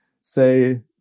say